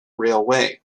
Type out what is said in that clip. railway